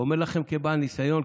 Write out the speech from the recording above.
אני אומר לכם כבעל ניסיון,